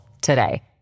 today